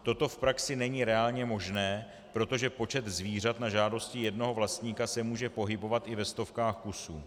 Toto v praxi není reálně možné, protože počet zvířat na žádosti jednoho vlastníka se může pohybovat i ve stovkách kusů.